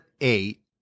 eight